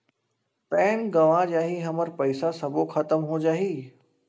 Pan गंवा जाही हमर पईसा सबो खतम हो जाही?